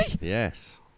Yes